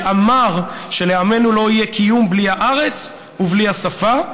שאמר שלעמנו לא יהיה קיום בלי הארץ ובלי השפה,